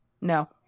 No